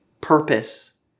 purpose